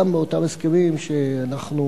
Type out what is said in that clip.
גם באותם הסכמים שאנחנו,